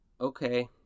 Okay